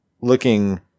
looking